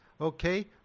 okay